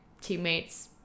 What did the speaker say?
teammates